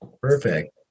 Perfect